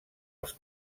els